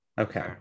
Okay